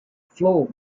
floor